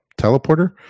teleporter